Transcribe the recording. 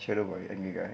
shadow boy a new guy